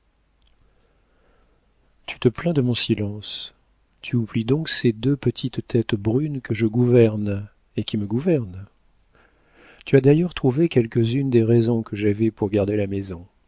tu te plains de mon silence tu oublies donc ces deux petites têtes brunes que je gouverne et qui me gouvernent tu as d'ailleurs trouvé quelques-unes des raisons que j'avais pour garder la maison